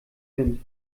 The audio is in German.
wind